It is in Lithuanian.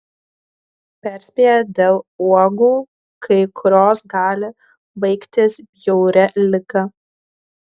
perspėja dėl uogų kai kurios gali baigtis bjauria liga